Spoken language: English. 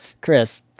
Chris